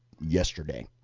yesterday